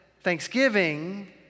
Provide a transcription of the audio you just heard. thanksgiving